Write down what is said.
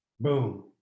Boom